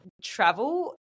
travel